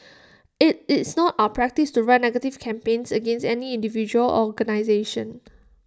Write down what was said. IT is not our practice to run negative campaigns against any individual organisation